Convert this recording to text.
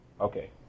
Okay